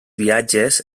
viatges